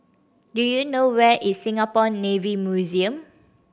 do you know where is Singapore Navy Museum